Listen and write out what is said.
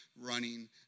running